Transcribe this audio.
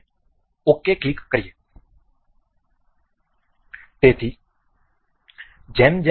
આપણે ok click કરીએ